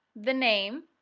the name,